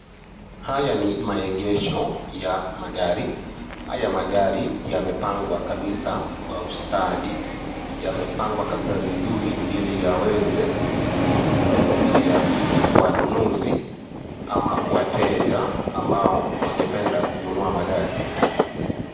Haya ni maegesho ya magari. Haya magari yamepangwa kabisa kwa ustadi. Yamepangwa kabisa vizuri ili yaweze kuvutia wanunuzi ama wateja ambao wangependa kununua magari.